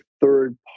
third